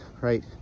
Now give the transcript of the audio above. right